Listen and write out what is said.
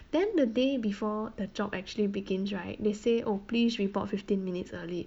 then the day before the job actually begins right they say oh please report fifteen minutes early